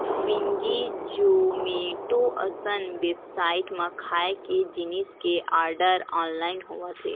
Swiggy, Zomato असन website म खाए के जिनिस के आरडर ऑनलाइन होवत हे